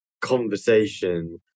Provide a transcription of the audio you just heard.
conversation